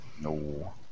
No